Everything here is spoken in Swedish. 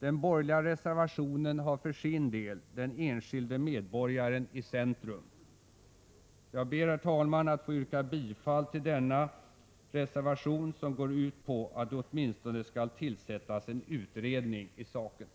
Den borgerliga reservationen för sin del ställer den enskilde medborgaren i centrum. Jag ber, herr talman, att få yrka bifall till denna reservation, som går ut på att det åtminstone skall tillsättas en utredning i ärendet.